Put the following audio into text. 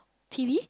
t_v